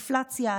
אינפלציה,